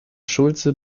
schulze